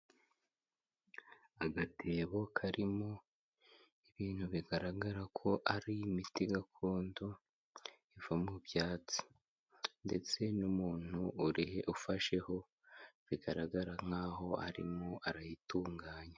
Agatebo karimo ibintu bigaragara ko ari imiti gakondo iva mu byatsi ndetse n'umuntu urihe ufasheho, bigaragara nkaho arimo arayitunganya.